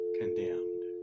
condemned